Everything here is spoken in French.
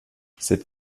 cette